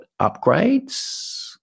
upgrades